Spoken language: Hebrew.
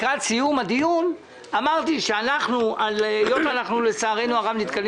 לקראת סיום הדיון אמרתי שלצערנו אנחנו נתקלים